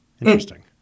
Interesting